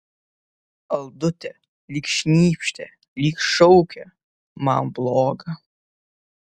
aldute lyg šnypštė lyg šaukė man bloga